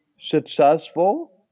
successful